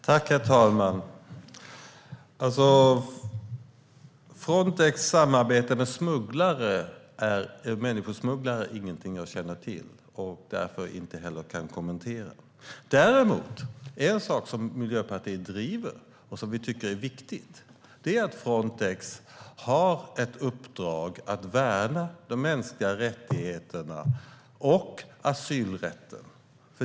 Herr talman! Frontex samarbete med människosmugglare är inget som jag känner till. Därför kan jag inte kommentera det. Däremot finns det något som vi i Miljöpartiet driver och som vi tycker är viktigt. Det handlar om att Frontex har ett uppdrag att värna de mänskliga rättigheterna och asylrätten.